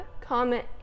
comment